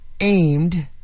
aimed